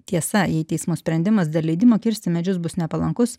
tiesa jei teismo sprendimas dėl leidimo kirsti medžius bus nepalankus